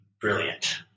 brilliant